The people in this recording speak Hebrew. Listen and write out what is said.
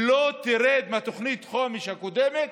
שלא תרד מתוכנית החומש הקודמת,